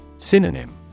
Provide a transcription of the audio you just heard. Synonym